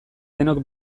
denok